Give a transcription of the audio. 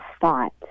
thought